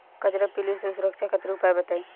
कजरा पिल्लू से सुरक्षा खातिर उपाय बताई?